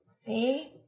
See